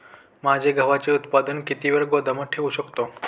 माझे गव्हाचे उत्पादन किती वेळ गोदामात ठेवू शकतो?